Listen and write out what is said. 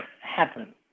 happen